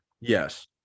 Yes